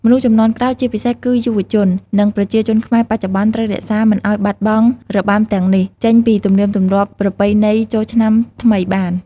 មនុស្សជំនាន់ក្រោយ ជាពិសេសគឺយុវជន និងប្រជាជនខ្មែរបច្ចុប្បន្ន ត្រូវរក្សាមិនឲ្យបាត់បង់របាំទាំងនេះ ចេញពីទំនៀមទម្លាប់ប្រពៃណីចូលឆ្នាំថ្មីបាន។